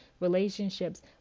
relationships